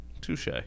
touche